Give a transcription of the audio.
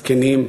והזקנים.